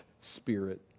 spirit